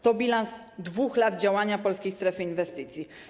To bilans 2 lat działania Polskiej Strefy Inwestycji.